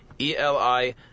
E-L-I